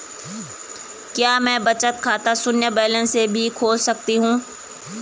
क्या मैं बचत खाता शून्य बैलेंस से भी खोल सकता हूँ?